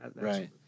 Right